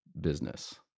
business